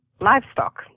livestock